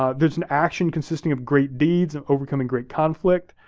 ah there's an action consisting of great deeds of overcoming great conflict.